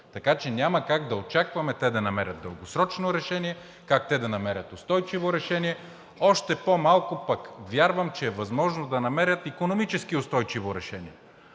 Така че няма как да очакваме те да намерят дългосрочно решение, как да намерят устойчиво решение, още по-малко пък вярвам, че е възможно да намерят икономически устойчиво решение!